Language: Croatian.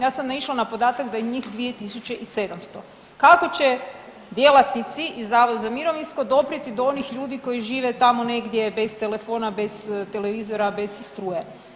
Ja sam naišla na podatak da je njih 2.700, kako će djelatnici iz Zavoda za mirovinsko doprijeti do onih ljudi koji žive tamo negdje bez telefona, bez televizora, bez struje.